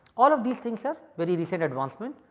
all of these things are very recent advancement.